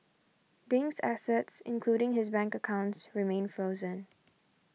Ding's assets including his bank accounts remain frozen